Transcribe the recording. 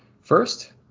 first